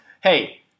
Hey